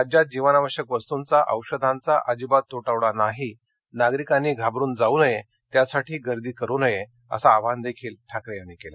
राज्यात जीवनावश्यक वस्तुंचा औषधांचा अजिबात तुटवडा नाही नागरिकांनी घाबरून जाऊ नये त्यासाठी गर्दी करू नये असे आवाहनही ठाकरे यांनी यावेळी केले